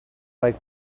like